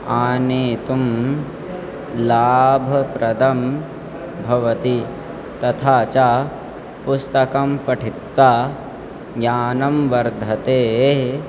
आनेतुं लाभप्रदं भवति तथा च पुस्तकं पठित्वा ज्ञानं वर्धते